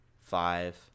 Five